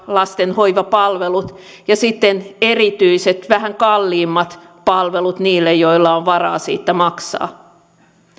lasten hoivapalvelut ja sitten erityiset vähän kalliimmat palvelut niille joilla on varaa siitä maksaa